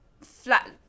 flat